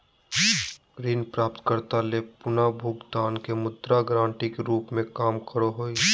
ऋण प्राप्तकर्ता ले पुनर्भुगतान के मुद्रा गारंटी के रूप में काम करो हइ